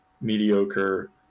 mediocre